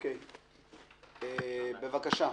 בבקשה,